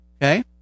Okay